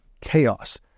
chaos